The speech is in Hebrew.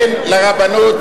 אין לרבנות,